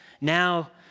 now